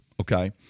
Okay